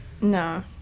No